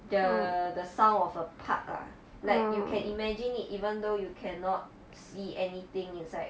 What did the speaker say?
the the sound of a park lah like you can imagine it even though you cannot see anything inside